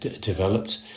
developed